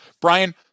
Brian